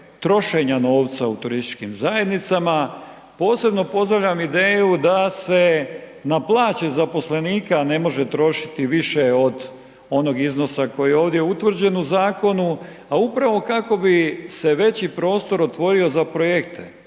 trošenja novca u turističkim zajednicama, posebno pozdravljam ideju da se na plaće zaposlenika ne može trošiti više od onog iznosa koji je ovdje utvrđen u zakonu, a upravo kako bi se veći prostor otvorio za projekte,